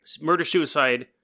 Murder-suicide